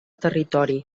territori